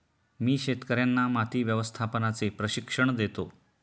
मी शेतकर्यांना माती व्यवस्थापनाचे प्रशिक्षण देतो